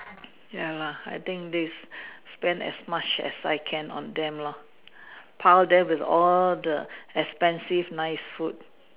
ya lah I think this spend as much as I can on them lah pile them with all the expensive nice food